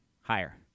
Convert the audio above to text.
Higher